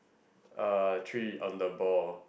uh three on the ball